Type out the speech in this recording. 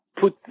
put